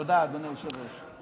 תודה, אדוני היושב-ראש.